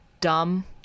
dumb